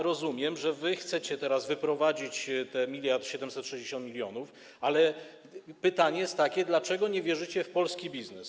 Rozumiem, że wy chcecie teraz wyprowadzić te 1760 mln, ale pytanie jest takie: Dlaczego nie wierzycie w polski biznes?